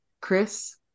Chris